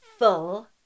full